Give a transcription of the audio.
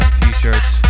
t-shirts